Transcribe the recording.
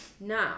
now